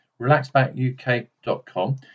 relaxbackuk.com